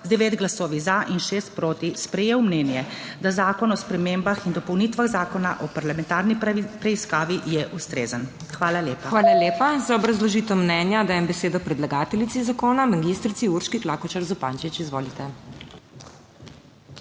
9 glasovi za in 6 proti sprejel mnenje, da Zakon o spremembah in dopolnitvah Zakona o parlamentarni preiskavi je ustrezen. Hvala lepa. PODPREDSEDNICA MAG. MEIRA HOT: Hvala lepa. Za obrazložitev mnenja dajem besedo predlagateljici zakona, magistrici Urški Klakočar Zupančič. Izvolite.